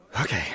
Okay